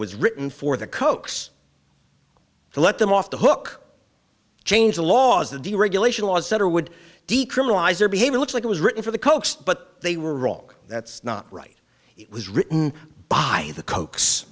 was written for the cokes to let them off the hook change the laws the deregulation laws that are would decriminalize their behavior looks like it was written for the cokes but they were wrong that's not right it was written by the cokes